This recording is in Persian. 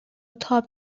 تاب